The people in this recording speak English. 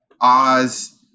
Oz